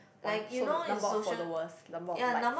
points so the number of followers number of likes